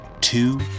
two